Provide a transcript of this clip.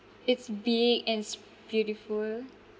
it's big and it's beautiful